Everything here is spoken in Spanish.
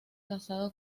casada